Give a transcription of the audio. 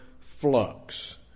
flux